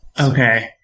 Okay